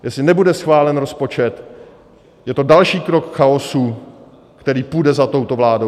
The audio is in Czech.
Jestli nebude schválen rozpočet, je to další krok k chaosu, který půjde za touto vládou.